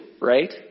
right